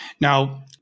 Now